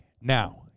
now